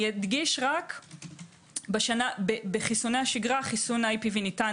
אני אדגיש בחיסוני השגרה חיסון IPV ניתן